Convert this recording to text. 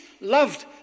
loved